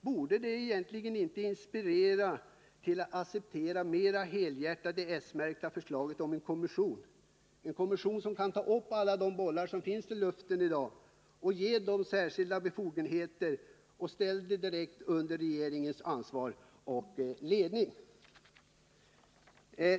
Borde det inte inspirera till att acceptera det mera helhjärtade s-märkta förslaget om en kommission, som kan ta upp alla de bollar som finns i luften, ge den särskilda befogenheter och ställa den direkt under regeringens ansvar och ledning?